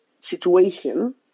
situation